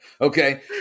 Okay